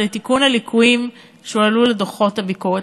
ולתיקון הליקויים שהועלו לדוחות הביקורת.